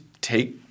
take